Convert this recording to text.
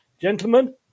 Gentlemen